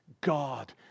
God